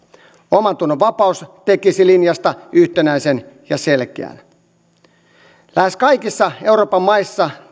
omantunnonvapaus tekisi linjasta yhtenäisen ja selkeän lähes kaikissa euroopan maissa